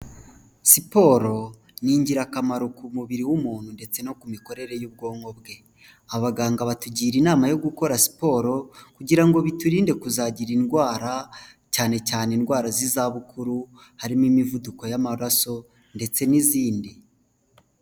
Siporo ni ingirakamaro ku mubiri w'umuntu ndetse no ku mikorere y'ubwonko bwe, abaganga batugira inama yo gukora siporo kugira ngo biturinde kuzagira indwara cyane cyane indwara z'izabukuru harimo imivuduko y'amaraso ndetse n'izindi.